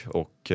och